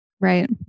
Right